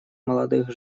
молодых